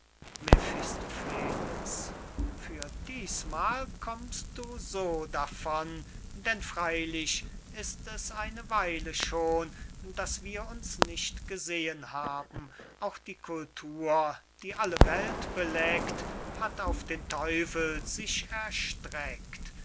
mephistopheles für dießmal kamst du so davon denn freylich ist es eine weile schon daß wir uns nicht gesehen haben auch die cultur die alle welt beleckt hat auf den teufel sich erstreckt